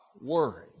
worry